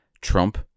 Trump